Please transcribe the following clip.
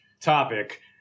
topic